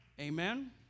Amen